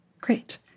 Great